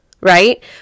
right